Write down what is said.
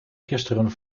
gisteren